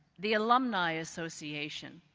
the alumni association,